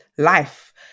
life